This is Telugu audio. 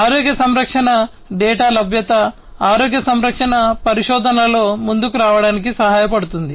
ఆరోగ్య సంరక్షణ డేటా లభ్యత ఆరోగ్య సంరక్షణ పరిశోధనలో ముందుకు రావడానికి సహాయపడుతుంది